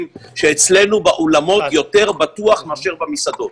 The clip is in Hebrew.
שאצלנו באולמות יותר בטוח מאשר במסעדות,